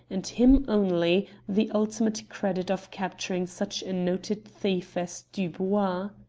and him only, the ultimate credit of capturing such a noted thief as dubois.